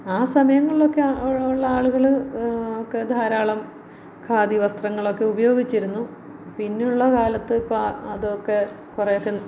ആ സമയങ്ങളിലൊക്കെ ഉള്ള ആളുകൾ ഒക്കെ ധാരാളം ഖാദി വസ്ത്രങ്ങളൊക്കെ ഉപയോഗിച്ചിരുന്നു പിന്നെയുള്ള കാലത്തിപ്പം അതൊക്കെ കുറെയൊക്കെ